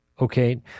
Okay